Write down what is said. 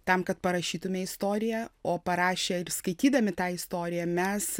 tam kad parašytume istoriją o parašę ir skaitydami tą istoriją mes